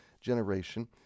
generation